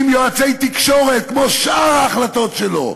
עם יועצי תקשורת, כמו את שאר ההחלטות שלו.